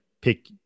pick